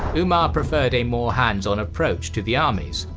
umar preferred a more hands-on approach to the armies,